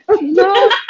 No